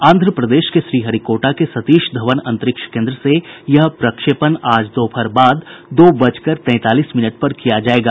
आंध्रप्रदेश में श्रीहरिकोटा के सतीश धवन अंतरिक्ष केन्द्र से यह प्रक्षेपण आज दोपहर बाद दो बजकर तैंतालीस मिनट पर किया जाएगा